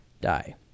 die